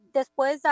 después